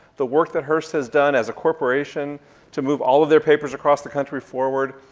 the work that hurst has done as a corporation to move all of their papers across the country forward,